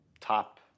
top